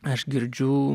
aš girdžiu